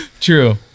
True